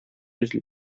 йөзле